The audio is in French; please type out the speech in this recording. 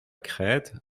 crête